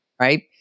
right